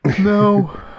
No